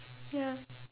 ya